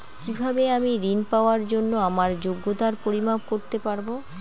কিভাবে আমি ঋন পাওয়ার জন্য আমার যোগ্যতার পরিমাপ করতে পারব?